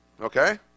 Okay